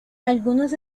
algunos